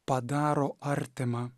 padaro artimą